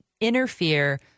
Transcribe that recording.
interfere